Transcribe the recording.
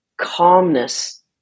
calmness